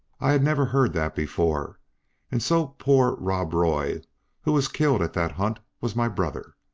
i had never heard that before and so poor rob roy who was killed at that hunt was my brother!